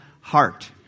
heart